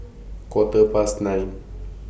Quarter Past nine